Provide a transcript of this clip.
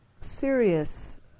serious